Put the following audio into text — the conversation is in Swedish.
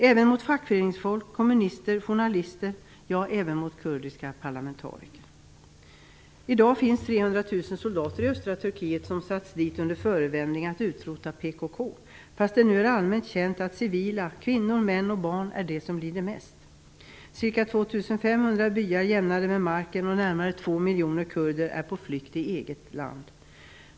Även mot fackföreningsfolk, kommunister, journalister och kurdiska parlamentariker förekommer förtryck. I dag finns det 300 000 soldater i östra Turkiet under förevändning att utrota PKK, fast det nu är allmänt känt att det är civila - kvinnor, män och barn - som lider mest. Ca 2 500 byar är jämnade med marken och närmare två miljoner kurder är på flykt i sitt eget land.